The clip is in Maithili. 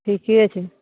ठिके छै